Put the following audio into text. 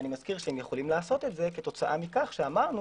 אני מזכיר שהם יכולים לעשות זאת כתוצאה מכך שאמרנו